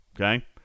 Okay